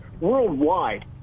worldwide